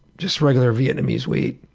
just regular vietnamese weed,